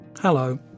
Hello